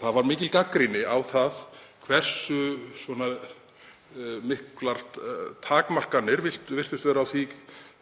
kom fram mikil gagnrýni á það hversu miklar takmarkanir virtust vera á því